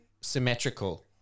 symmetrical